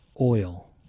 Oil